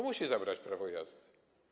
musi zabrać prawo jazdy.